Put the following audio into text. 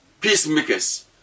Peacemakers